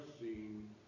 scene